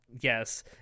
yes